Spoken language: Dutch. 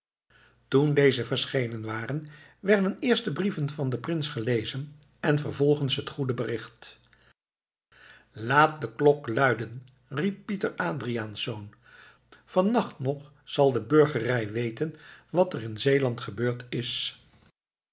toen dezen verschenen waren werden eerst de brieven van den prins gelezen en vervolgens het goede bericht laat de klok luiden riep pieter adriaensz vannacht nog zal de burgerij weten wat er in zeeland gebeurd is